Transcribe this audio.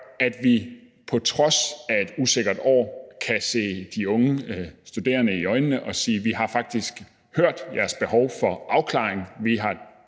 at vi på trods af et usikkert år kan se de unge studerende i øjnene og sige: Vi har faktisk hørt jeres behov for afklaring, og vi har